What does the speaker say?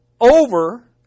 over